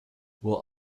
will